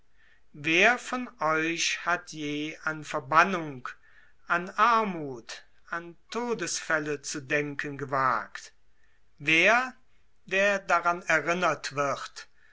wer von euch hat je an verbannung an armuth an todesfälle zu denken gewagt wer der daran erinnert wird